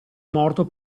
morto